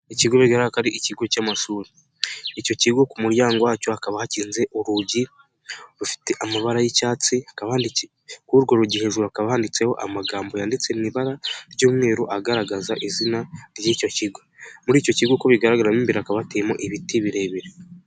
Ikigo bigaragara ko ari ikigo cy'amashuri, icyo kigo ku muryango wacyo hakaba hakinze urugi rufite amabara y'icyatsi, hakaba handiki kuri urwo rugi hejuru hakaba handitseho amagambo yanditsemu ibara ry'umweru agaragaza izina ry'icyo kigo, muri icyo kigo uko bigaragara mo imbere hakaba hateyemo ibiti birebire.